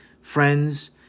friends